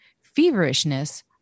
feverishness